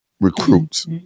recruits